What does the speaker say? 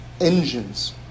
engines